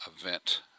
event